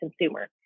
consumer